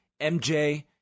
MJ